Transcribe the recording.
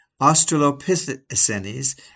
Australopithecines